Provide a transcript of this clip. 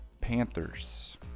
Panthers